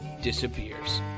disappears